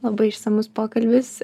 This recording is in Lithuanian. labai išsamus pokalbis